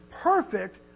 perfect